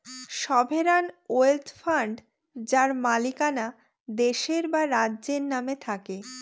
sovereign wealth fund যার মালিকানা দেশের বা রাজ্যের নামে থাকে